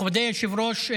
מכובדי היושב-ראש.